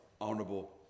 honorable